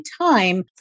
time